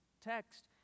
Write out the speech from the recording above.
Text